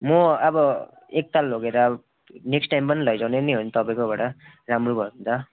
म अब एकताल लगेर नेक्स्ट टाइम पनि लैजाने नै हो नि तपाईँकोबाट राम्रो भयो भने त